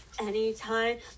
Anytime